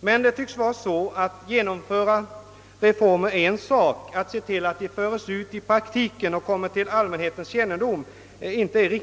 Det tycks dock vara så att det är en sak att genomföra reformer och en annan sak att se till att de förs ut i praktiken och kommer till allmänhetens kännedom.